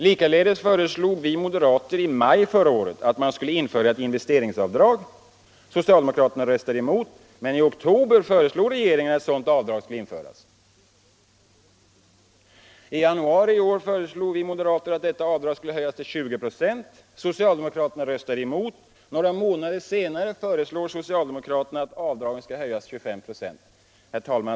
Likaledes föreslog moderaterna i maj förra året att man skulle införa ett investeringsavdrag. Socialdemokraterna röstade emot. Men i oktober föreslog regeringen att ett sådant avdrag skulle införas. I januari i år föreslog vi moderater att detta avdrag skulle höjas till 20 96. Socialdemokraterna röstade emot. Några månader senare föreslår socialdemokraterna att avdraget skall höjas till 25 96. Herr talman!